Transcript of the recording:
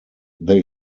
they